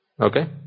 Okay